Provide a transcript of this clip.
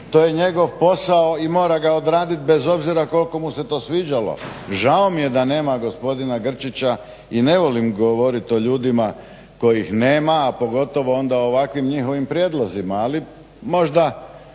to je njegov posao i mora ga odraditi bez obzira koliko mu se to sviđalo. Žao mi je da nema gospodina Grčića i ne volim govoriti o ljudima kojih nema, a pogotovo onda o ovakvim njihovim prijedlozima, ali možda